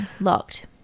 Locked